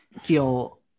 feel